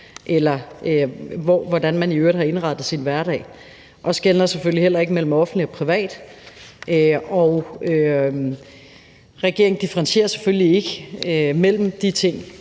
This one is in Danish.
eller hvordan man i øvrigt har indrettet sin hverdag, og den skelner selvfølgelig heller ikke mellem offentlig og privat. Og regeringen differentierer selvfølgelig heller ikke mellem de ting